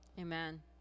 Amen